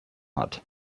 hat